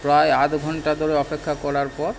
প্রায় আধ ঘন্টা ধরে অপেক্ষা করার পর